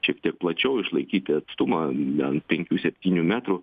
šiek tiek plačiau išlaikyti atstumą ten penkių septynių metrų